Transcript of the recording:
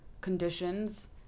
conditions